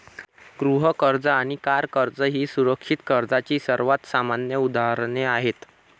गृह कर्ज आणि कार कर्ज ही सुरक्षित कर्जाची सर्वात सामान्य उदाहरणे आहेत